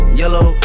yellow